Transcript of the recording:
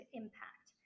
impact